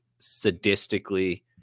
sadistically